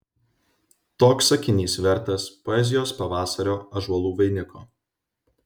toks sakinys vertas poezijos pavasario ąžuolų vainiko